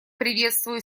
приветствую